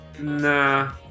Nah